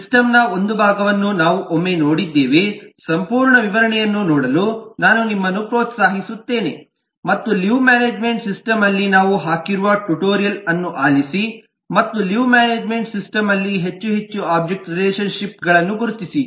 ಸಿಸ್ಟಮ್ನ ಒಂದು ಭಾಗವನ್ನು ನಾವು ಒಮ್ಮೆ ನೋಡಿದ್ದೇವೆ ಸಂಪೂರ್ಣ ವಿವರಣೆಯನ್ನು ನೋಡಲು ನಾನು ನಿಮ್ಮನ್ನು ಪ್ರೋತ್ಸಾಹಿಸುತ್ತೇನೆ ಮತ್ತು ಲೀವ್ ಮ್ಯಾನೇಜ್ಮೆಂಟ್ ಸಿಸ್ಟಮ್ ನಲ್ಲಿ ನಾವು ಹಾಕಿರುವ ಟ್ಯುಟೋರಿಯಲ್ ಅನ್ನು ಆಲಿಸಿ ಮತ್ತು ಲೀವ್ ಮ್ಯಾನೇಜ್ಮೆಂಟ್ ಸಿಸ್ಟಮ್ನಲ್ಲಿ ಹೆಚ್ಚು ಹೆಚ್ಚು ಒಬ್ಜೆಕ್ಟ್ ರಿಲೇಶನ್ ಶಿಪ್ಸ್ಗಳನ್ನು ಗುರುತಿಸಿ